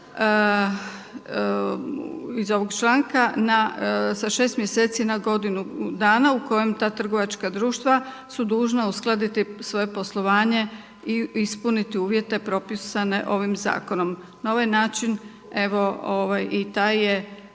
iz ovog članka sa 6 mjeseci na godinu dana u kojem ta trgovačka društva su dužna uskladiti svoje poslovanje i ispuniti uvjete propisane ovim zakonom. Na ovaj način evo i taj je